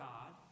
God